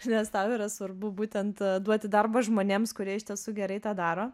nes tau yra svarbu būtent duoti darbo žmonėms kurie iš tiesų gerai tą daro